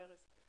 שמי אירית,